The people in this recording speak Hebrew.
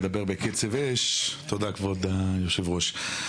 תודה כבוד יושב הראש,